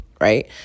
right